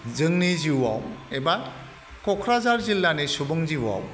जोंनि जिउआव एबा क'क्राझार जिल्लानि सुबुं जिउआव